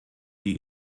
die